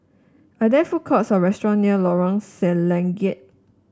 are there food courts or restaurants near Lorong Selangat